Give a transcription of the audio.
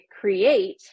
create